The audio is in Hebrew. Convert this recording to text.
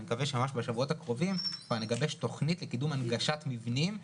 מקווה שממש בשבועות הקרובים כבר נגבש תוכנית להנגשת מבנים.